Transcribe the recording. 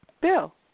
Bill